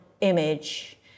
image